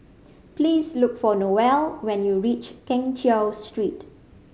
please look for Noel when you reach Keng Cheow Street